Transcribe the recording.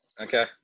Okay